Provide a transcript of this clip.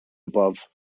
above